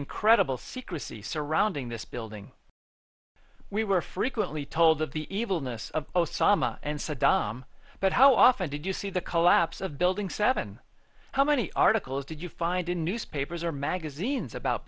incredible secrecy surrounding this building we were frequently told of the evilness of osama and saddam but how often did you see the collapse of building seven how many articles did you find in newspapers or magazines about